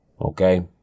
okay